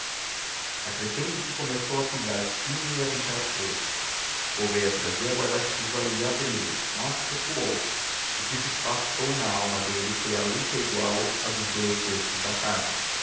escura acrescento que começou a pingar fino e a ventar fresco gouveia trazia guarda-chuva e ia a abri-lo mas recuou o que se passou na alma dele foi uma luta igual à dos dous textos da carta